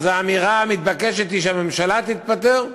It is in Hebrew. האמירה המתבקשת היא שהממשלה תתפטר,